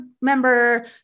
member